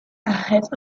ahead